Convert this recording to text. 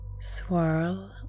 swirl